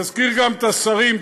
נזכיר גם את השרים.